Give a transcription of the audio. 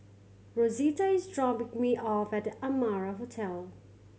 Rosita is dropping me off at The Amara Hotel